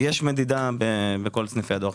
יש מדידה בכל סניפי הדואר.